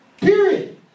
Period